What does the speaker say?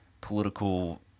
political